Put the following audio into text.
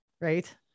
Right